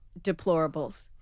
deplorables